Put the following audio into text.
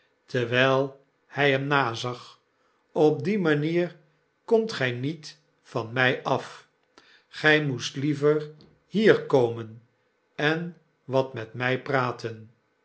terwyl hij hem nazag op die manier komt gy niet van my af gy moest liever hier komen en wat met my praten